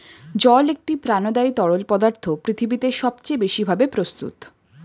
জল একটি প্রাণদায়ী তরল পদার্থ পৃথিবীতে সবচেয়ে বেশি ভাবে প্রস্তুত